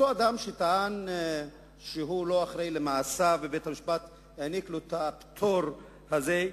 אותו אדם שטען שהוא לא אחראי למעשיו ובית-המשפט העניק לו את הפטור הזה,